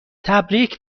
تبریک